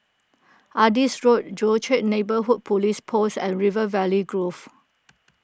Adis Road Joo Chiat Neighbourhood Police Post and River Valley Grove